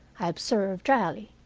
i observed dryly.